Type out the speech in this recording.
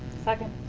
second.